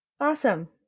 Awesome